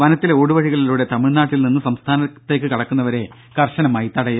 വനത്തിലെ ഊടുവഴികളിലൂടെ തമിഴ്നാട്ടിൽ നിന്ന് സംസ്ഥാനത്തേക്ക് കടക്കുന്നവരെ കർശനമായി തടയും